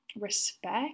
respect